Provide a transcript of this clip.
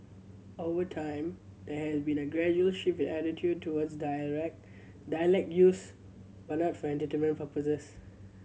over time there has been a gradual shift in attitudes towards dialect use but not for entertainment purposes